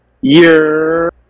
year